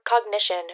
cognition